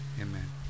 amen